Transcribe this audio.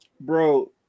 Bro